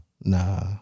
Nah